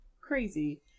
crazy